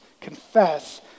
confess